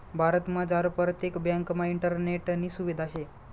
भारतमझार परतेक ब्यांकमा इंटरनेटनी सुविधा शे